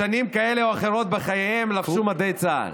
בשנים כאלה או אחרות בחייהם לבשו מדי צה"ל.